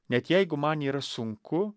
net jeigu man yra sunku